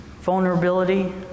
vulnerability